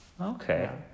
Okay